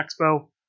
Expo